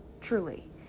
truly